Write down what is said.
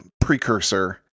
precursor